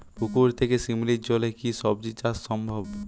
পুকুর থেকে শিমলির জলে কি সবজি চাষ সম্ভব?